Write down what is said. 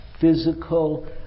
physical